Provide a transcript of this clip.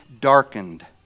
darkened